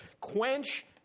quench